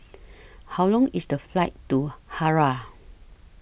How Long IS The Flight to Harare